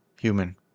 Human